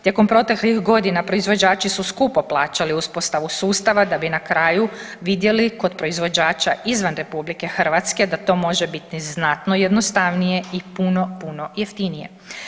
Tijekom proteklih godina proizvođači su skupo plaćali uspostavu sustava da bi na kraju vidjeli kod proizvođača izvan RH da to može biti znatno jednostavnije i puno, puno jeftinije.